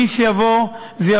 מי שיבוא זה,